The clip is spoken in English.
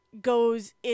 goes